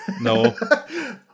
No